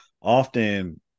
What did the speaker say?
often